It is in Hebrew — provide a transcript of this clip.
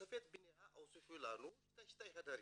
והוסיפו לנו שני חדרים.